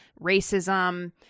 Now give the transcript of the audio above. racism